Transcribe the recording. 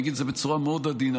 ואני אגיד את זה בצורה מאוד עדינה,